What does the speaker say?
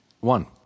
one